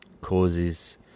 causes